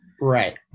Right